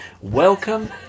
welcome